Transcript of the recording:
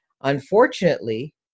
Unfortunately